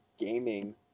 gaming